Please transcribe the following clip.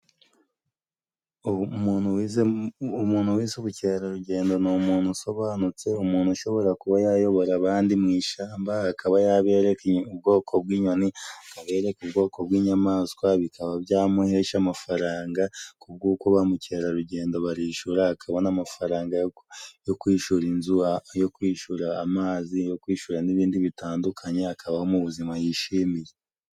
Umuntu wize ubukerarugendo ni umuntu usobanutse, umuntu ushobora kuba yayobora abandi mu ishamba, akaba yabereka ubwoko bw'inyoni, akabereka ubwoko bw'inyamaswa, bikaba byamuhesha amafaranga kubw'uko bamu mukerarugendo barishura, akabona amafaranga yo kwishura inzu, yo kwishura amazi, yo kwishura n'ibindi bitandukanye, akaba mu buzima yishimiye.